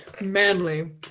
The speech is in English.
manly